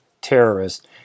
terrorist